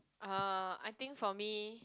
uh I think for me